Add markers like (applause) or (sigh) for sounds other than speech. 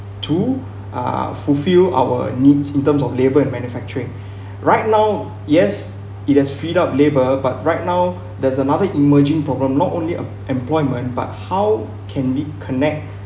to uh fulfill our needs in terms of labour and manufacturing (breath) right now yes it has freed up labor but right now there's another emerging problem not only em~ employment but how can we connect